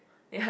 ya